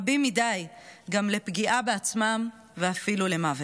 רבים מדי, גם לפגיעה בעצמם ואפילו למוות.